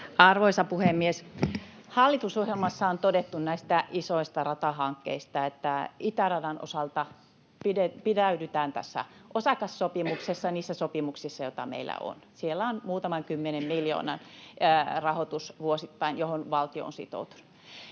Arvoisa puhemies! Hallitusohjelmassa on todettu näistä isoista ratahankkeista, että itäradan osalta pitäydytään tässä osakassopimuksessa ja niissä sopimuksissa, joita meillä on. Siellä on muutaman kymmenen miljoonan rahoitus vuosittain, johon valtio on sitoutunut.